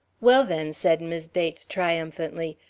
well, then, said mis' bates triumphantly,